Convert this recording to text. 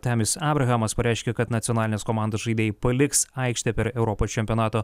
temis abrahamas pareiškė kad nacionalinės komandos žaidėjai paliks aikštę per europos čempionato